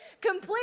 complete